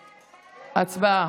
הצבעה.